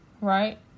right